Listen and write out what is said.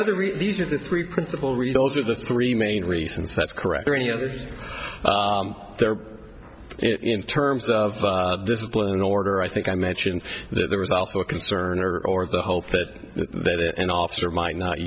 reason these are the three principal read those are the three main reasons that's correct or any other there in terms of this is the an order i think i mentioned that there was also a concern or or the hope that that it an officer might not